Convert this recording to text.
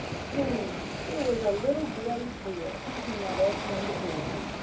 soon there was a little gray head peeping at us from the bushes,